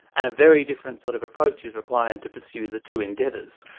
and a very different sort of approach is required to pursue the two endeavours.